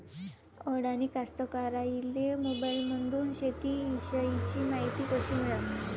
अडानी कास्तकाराइले मोबाईलमंदून शेती इषयीची मायती कशी मिळन?